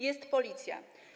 Jest policja.